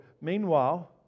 Meanwhile